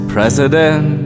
President